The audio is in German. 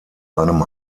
einem